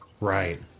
Right